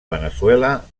veneçuela